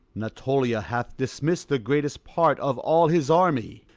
natolia hath dismiss'd the greatest part of all his army,